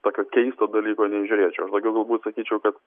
tokio keisto dalyko neįžiūrėčiau labiau galbūt sakyčiau kad